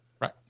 Right